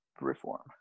reform